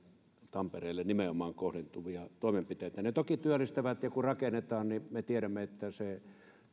tampereelle kohdentuvia toimenpiteitä ne toki työllistävät ja kun rakennetaan niin me tiedämme että se